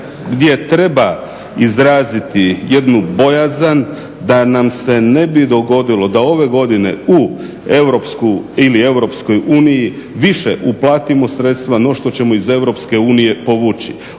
gdje treba izraziti jednu bojazan da nam se ne bi dogodilo da ove godine u EU ili EU više uplatimo sredstva no što ćemo iz EU povući.